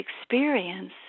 experience